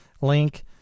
link